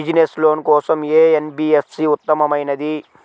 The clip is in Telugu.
బిజినెస్స్ లోన్ కోసం ఏ ఎన్.బీ.ఎఫ్.సి ఉత్తమమైనది?